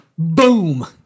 Boom